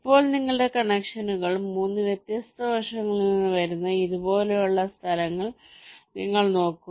ഇപ്പോൾ നിങ്ങളുടെ കണക്ഷനുകൾ 3 വ്യത്യസ്ത വശങ്ങളിൽ നിന്ന് വരുന്ന ഇതുപോലുള്ള സ്ഥലങ്ങൾ നിങ്ങൾ നോക്കൂ